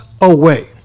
away